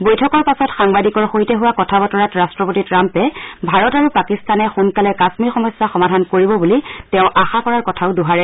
বৈঠকৰ পাছত সাংবাদিকৰ সৈতে হোৱা কথা বতৰাত ৰাট্টপতি ট্ৰাম্পে ভাৰত আৰু পাকিস্তানে সোনকালে কাশ্মীৰ সমস্যা সমাধান কৰিব বুলি তেওঁ আশা কৰাৰ কথাও দোহাৰে